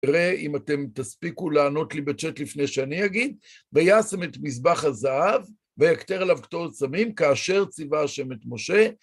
תראה אם אתם תספיקו לענות לי בצ'אט לפני שאני אגיד, וַיָּשֶׂם אֶת מִזְבַּח הַזָּהָב. וַיַּקְטֵר עָלָיו קְטֹרֶת סַמִּים כַּאֲשֶׁר צִוָּה יְהוָה אֶת מֹשֶׁה